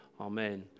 Amen